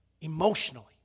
emotionally